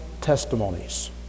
testimonies